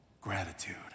gratitude